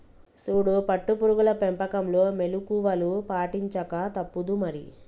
సూడు పట్టు పురుగుల పెంపకంలో మెళుకువలు పాటించక తప్పుదు మరి